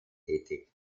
tätig